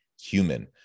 human